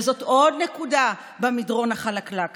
וזאת עוד נקודה במדרון החלקלק הזה.